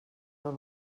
del